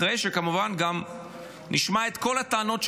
אחרי שכמובן גם נשמע את כל הטענות של